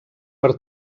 per